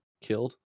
killed